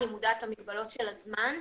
אני מודעת למגבלות של הזמן.